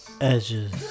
Edges